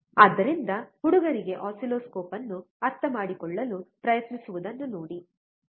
ಆದ್ದರಿಂದ ಹುಡುಗರಿಗೆ ಆಸಿಲ್ಲೋಸ್ಕೋಪ್ ಅನ್ನು ಅರ್ಥಮಾಡಿಕೊಳ್ಳಲು ಪ್ರಯತ್ನಿಸುವುದನ್ನು ನೋಡಿ ಸರಿ